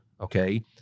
okay